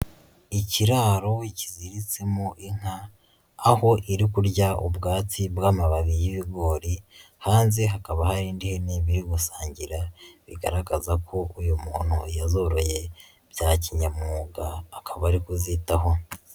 Ikiraro kiziritsemo inka, aho iri kurya ubwatsi bw'amababi y'ibigori, hanze hakaba hari indi biri gusangira, bigaragaza ko uyu muntu yazoroye bya kinyamwuga akaba ari kuzitaho.